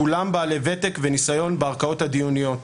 כולם בעלי ותק וניסיון בערכאות הדיוניות.